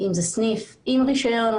אם זה סניף עם רישיון,